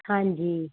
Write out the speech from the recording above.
ਹਾਂਜੀ